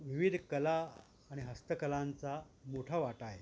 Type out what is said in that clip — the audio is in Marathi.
विविध कला आणि हस्तकलांचा मोठा वाटा आहे